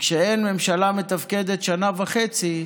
וכשאין ממשלה מתפקדת שנה וחצי,